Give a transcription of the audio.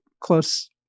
close